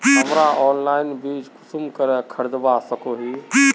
हमरा ऑनलाइन बीज कुंसम करे खरीदवा सको ही?